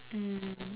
mm